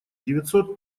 девятьсот